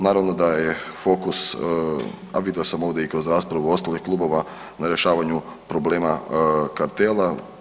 Naravno da je fokus, a vidio sam ovdje i kroz raspravu ostalih klubova, na rješavanju problema kartela.